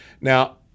Now